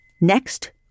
Next